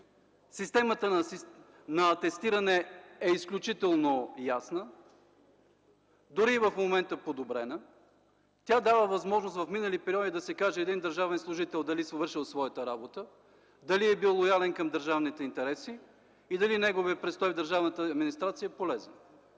Системата на атестиране е изключително ясна – дори и в момента подобрена, тя дава възможност в минали периоди да се каже един държавен служител дали е вършил своята работа, дали е бил лоялен към държавните интереси и дали неговият престой в държавната администрация е полезен.